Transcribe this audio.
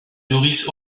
nourrissent